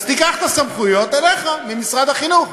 אז תיקח את הסמכויות אליך ממשרד החינוך.